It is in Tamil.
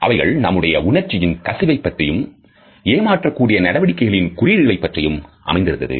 அவைகள் நம்முடைய உணர்ச்சியின் கசிவை பற்றியும் ஏமாற்றக் கூடிய நடவடிக்கைகளின் குறியீடுகளைப் பற்றியும் அமைந்திருந்தது